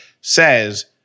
says